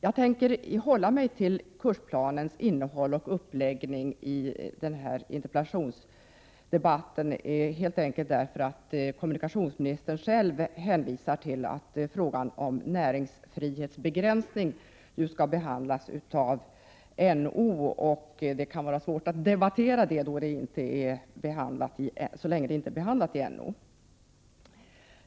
Jag tänker i den här interpellationsdebatten hålla mig till kursplanens innehåll och uppläggning, helt enkelt därför att kommunikationsministern själv hänvisar till att frågan om näringsfrihetsbegränsning nu skall behandlas av NO och det kan vara svårt att debattera denna fråga så länge NO inte är färdig med det arbetet.